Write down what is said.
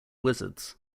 wizards